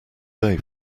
day